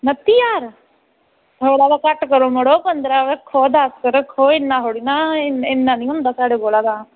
नत्ती ज्हार थोह्ड़ा ते घट्ट करो मड़ो पंदरां रक्खो दस रक्खो इ'न्ना थोह्ड़ी ना इ'न्ना नीं होंदा साढ़े कोला तां